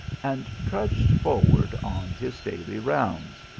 and trudged forward on his daily rounds.